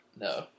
No